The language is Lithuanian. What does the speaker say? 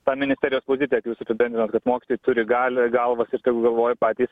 tą ministerijos poziciją kai jūs apibendrinot kad mokytojai turi galią galvas ir taip galvoja patys